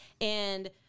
and-